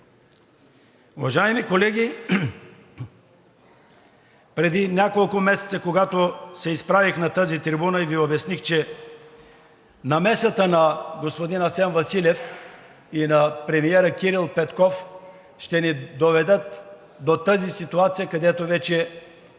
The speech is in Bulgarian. Уважаеми колеги, преди няколко месеца, когато се изправих на тази трибуна, Ви обясних, че намесата на господин Асен Василев и на премиера Кирил Петков ще ни доведат до тази ситуация, където вече